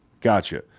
Gotcha